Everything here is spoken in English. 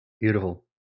Beautiful